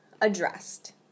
addressed